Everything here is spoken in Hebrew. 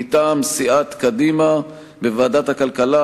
מטעם סיעת קדימה: בוועדת הכלכלה,